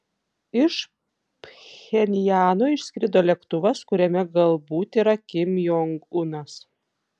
iš pchenjano išskrido lėktuvas kuriame galbūt yra kim jong unas